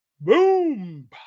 boom